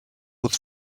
was